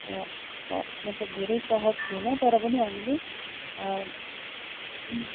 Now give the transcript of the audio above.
मतलब धेरै सहज थिएन तर पनि हामीले